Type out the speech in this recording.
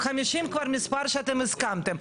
ו-50 כבר מספר שאתם הסכמתם,